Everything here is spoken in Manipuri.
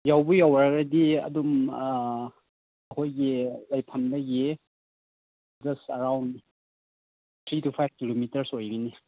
ꯌꯧꯕꯨ ꯌꯧꯔꯒꯗꯤ ꯑꯗꯨꯝ ꯑꯩꯈꯣꯏꯒꯤ ꯂꯩꯐꯝꯗꯒꯤ just around three to five kilometres ꯑꯣꯏꯒꯅꯤ